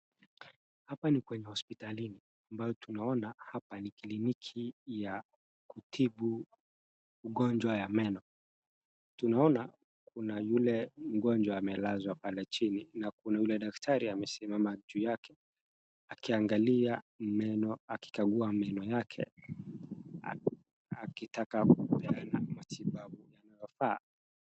Hapa ni kwenye hospitalini ambapo tunaona hapa ni kliniki ya kutibu ugonjwa ya meno. Tunaona kuna yule mgonjwa amelazwa pale chini na kuna yule daktari amesimama juu yake akiangalia meno akikagua meno yake akitaka kupeana matibabu yanayofaa.